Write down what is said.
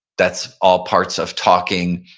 that's all parts of talking.